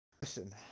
Listen